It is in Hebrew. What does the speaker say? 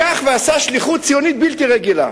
הוא לקח ועשה שליחות ציונית בלתי רגילה.